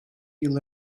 yıl